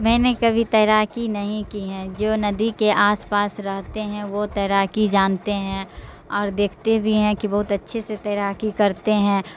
میں نے کبھی تیراکی نہیں کی ہے جو ندی کے آس پاس رہتے ہیں وہ تیراکی جانتے ہیں اور دیکھتے بھی ہیں کہ بہت اچھے سے تیراکی کرتے ہیں